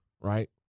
right